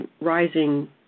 rising